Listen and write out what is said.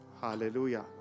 Hallelujah